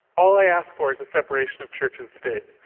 all i askfor is the separation of church and state.